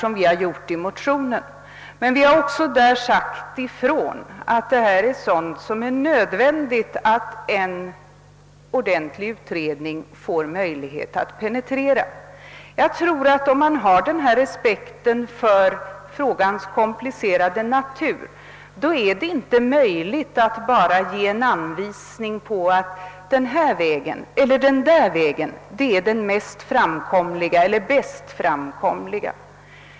Emellertid har vi också sagt ifrån att det är nödvändigt att en ordentlig utredning får tillfälle att penetrera saken. Om man har denna respekt för frågans komplicerade natur, är det inte möjligt att bara ge en anvisning om att den ena eller andra vägen är den bäst framkomliga.